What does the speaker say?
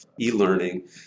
e-learning